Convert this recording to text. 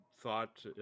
thought